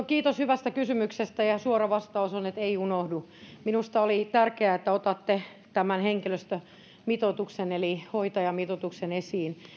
kiitos hyvästä kysymyksestä ja suora vastaus on että ei unohdu minusta on tärkeää että otatte tämän henkilöstömitoituksen eli hoitajamitoituksen esiin